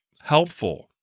helpful